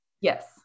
yes